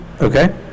Okay